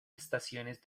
estaciones